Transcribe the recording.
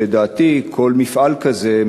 לדעתי כל מפעל כזה,